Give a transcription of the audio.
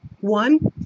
One